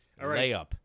Layup